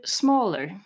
smaller